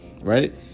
right